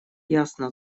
ясно